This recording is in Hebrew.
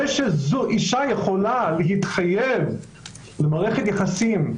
זה שאישה יכולה להתחייב למערכת יחסים,